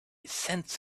cents